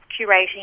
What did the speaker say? curating